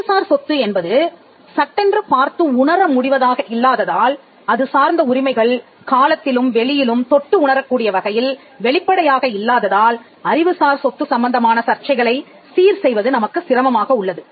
அறிவுசார் சொத்து என்பது சட்டென்று பார்த்து உணர முடிவதாக இல்லாததால் அது சார்ந்த உரிமைகள் காலத்திலும் வெளியிலும் தொட்டு உணரக்கூடிய வகையில் வெளிப்படையாக இல்லாததால் அறிவுசார் சொத்து சம்பந்தமான சர்ச்சைகளை சீர் செய்வது நமக்கு சிரமமாக உள்ளது